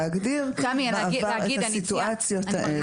להגדיר את הסיטואציות האלה.